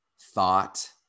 thought